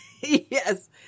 Yes